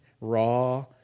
raw